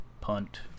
punt